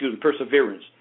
perseverance